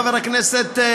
חבר הכנסת,